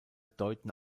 deuten